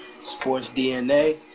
SportsDNA